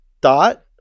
Dot